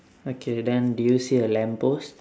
okay then do you see a lamp post